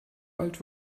alt